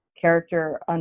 character